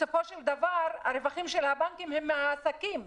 בסופו של דבר הרווחים של הבנקים הם מהעסקים,